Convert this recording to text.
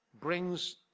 Brings